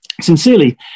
Sincerely